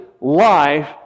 life